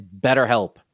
BetterHelp